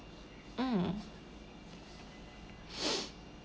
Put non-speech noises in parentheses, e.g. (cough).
mm (noise)